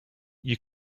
you